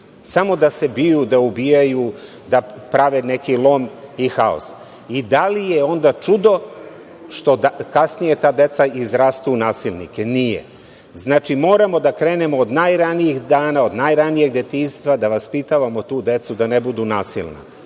samo da se biju, da ubijaju, da prave neki lom i haos. Da li je onda čudo što kasnije ta deca izrastu u nasilnike? Nije. Znači, moramo da krenemo od najranijih dana, od najranijeg detinjstva da vaspitavamo tu decu da ne budu nasilna.